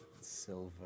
silver